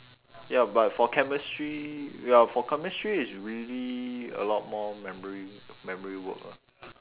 ya but for chemistry ya for chemistry is really a lot more memory memory work lah